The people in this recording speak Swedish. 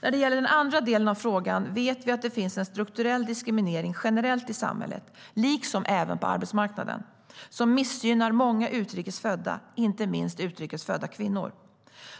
När det gäller den andra delen av frågan vet vi att det finns en strukturell diskriminering generellt i samhället - liksom även på arbetsmarknaden - som missgynnar många utrikes födda, inte minst utrikes födda kvinnor.